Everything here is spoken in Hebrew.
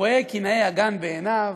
רואה כי נאה הגן בעיניו,